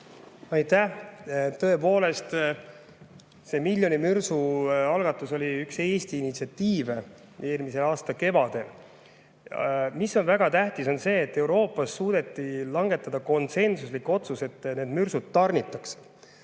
Aitäh! Tõepoolest, see miljoni mürsu algatus oli üks Eesti initsiatiive eelmise aasta kevadel. Väga tähtis on aga see, et Euroopas suudeti langetada konsensuslik otsus, et need mürsud tarnitakse.